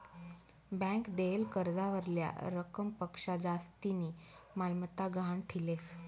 bank देयेल कर्जावरल्या रकमपक्शा जास्तीनी मालमत्ता गहाण ठीलेस